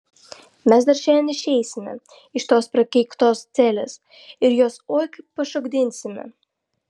mes dar šiandien išeisime iš tos prakeiktos celės ir juos oi kaip pašokdinsime